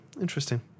Interesting